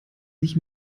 sich